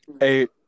eight